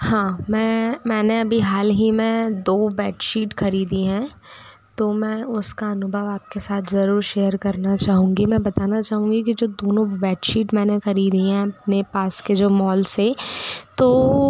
हाँ मैं मैंने अभी हाल ही में दो बेडशीट ख़रीदी है तो मैं उसका अनुभव आप के साथ ज़रूर शेयर करना चाहूँगी मैं बताना चाहूँगी कि जो दोनों बेडशीट मैंने ख़रीदी हैं अपने पास के जो मॉल से तो